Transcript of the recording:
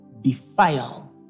defile